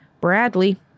Bradley